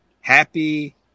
Happy